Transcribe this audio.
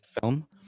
film